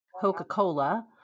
Coca-Cola